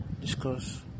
discuss